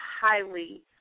highly